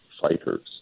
fighters